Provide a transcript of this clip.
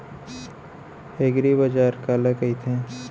एगरीबाजार काला कहिथे?